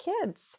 kids